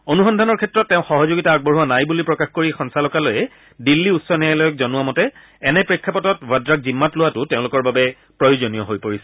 অনুসন্ধানৰ ক্ষেত্ৰত তেওঁ সহযোগিতা আগবঢ়োৱা নাই বুলি প্ৰকাশ কৰি সঞ্চালকালয়ে দিল্লী উচ্চ ন্যায়ালয়ক জনোৱা মতে এনে প্ৰেক্ষাপটত ৱাদ্ৰাক জিম্মাত লোৱাটো তেওঁলোকৰ বাবে প্ৰয়োজনীয় হৈ পৰিছে